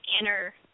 inner